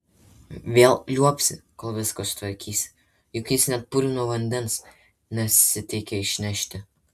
vėl liuobsi kol viską sutvarkysi juk jis net purvino vandens nesiteikia išnešti